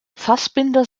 fassbinder